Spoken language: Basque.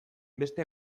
beste